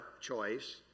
choice